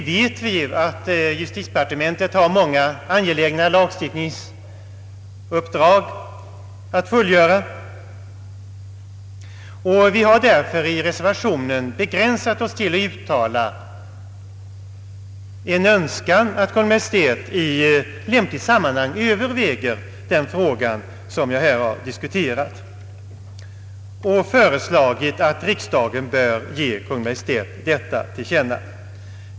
Nu vet vi att justitiedepartementet har många angelägna lagstiftningsuppdrag att fullgöra, och vi har därför i reservationen begränsat oss till att uttala en önskan att Kungl. Maj:t i lämpligt sammanhang överväger den frågeställning som jag här har tagit upp och har föreslagit att riksdagen ger Kungl. Maj:t detta till känna.